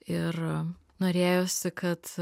ir norėjosi kad